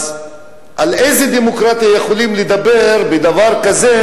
אז על איזה דמוקרטיה יכולים לדבר עם דבר כזה,